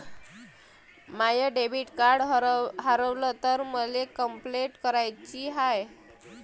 माय debit card हारवल तर मले कंपलेंट कराची हाय